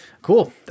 Cool